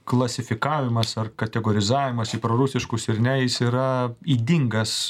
klasifikavimas ar kategorizavimas į prorusiškus ir ne jis yra ydingas